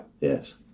Yes